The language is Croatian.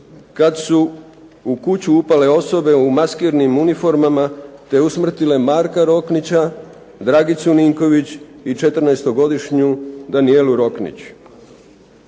kad su u kuću upale osobe u maskirnim uniformama te usmrtile Marka Roknića, Dragicu Ninković i 14-godišnju Danijelu Roknić.